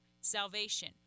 salvation